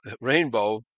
rainbow